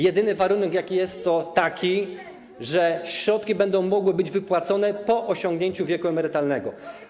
Jedyny warunek jest taki, że środki będą mogły być wypłacone po osiągnięciu wieku emerytalnego.